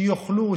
שיאכלו,